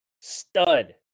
Stud